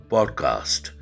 Podcast